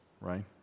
right